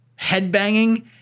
headbanging